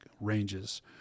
ranges